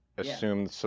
assume